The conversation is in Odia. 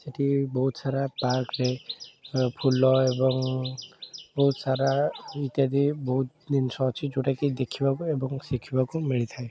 ସେଠି ବହୁତ ସାରା ପାର୍କ୍ରେ ଫୁଲ ଏବଂ ବହୁତ ସାରା ଇତ୍ୟାଦି ବହୁତ ଜିନିଷ ଅଛି ଯେଉଁଟାକି ଦେଖିବାକୁ ଏବଂ ଶିଖିବାକୁ ମିଳିଥାଏ